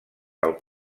del